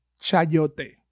chayote